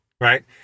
Right